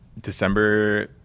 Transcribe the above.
December